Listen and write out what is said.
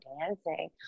dancing